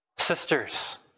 Sisters